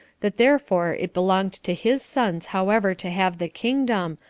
that therefore it belonged to his sons however to have the kingdom,